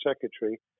secretary